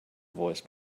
voice